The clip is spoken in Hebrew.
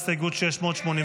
הסתייגות 685